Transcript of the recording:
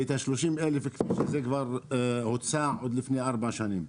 ואת ה-30,000 כפי שזה כבר הוצע עוד לפני ארבע שנים.